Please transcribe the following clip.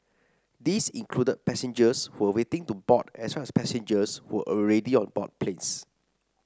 these included passengers who were waiting to board as well as passengers who were already on board planes